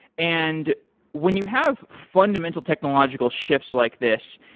and when you have fundamental technological shifts like this,